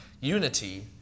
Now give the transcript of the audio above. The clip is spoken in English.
Unity